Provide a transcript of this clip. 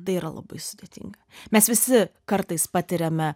tai yra labai sudėtinga mes visi kartais patiriame